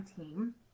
team